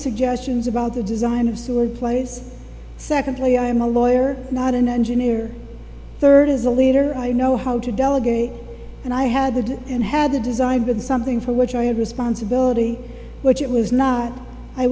suggestions about the design of sewer place secondly i'm a lawyer not an engineer third as a leader i know how to delegate and i had and had to design been something for which i had responsibility which it was not i